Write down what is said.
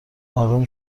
آروم